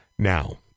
Now